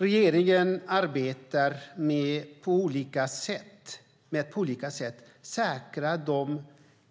Regeringen arbetar med att på olika sätt säkra de